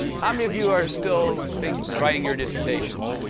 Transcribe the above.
how many of you are still think writing your dissertations?